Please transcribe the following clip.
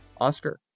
Oscar